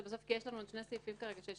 כי הוא כבר עבר את כל התהליכים האלה.